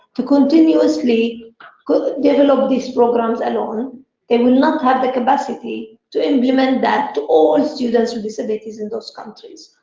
to continuously yeah develop ah but these programmes and alone. they will not have the capacity to implement that to all students with disabilities in those countries.